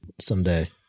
someday